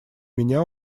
меня